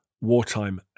wartime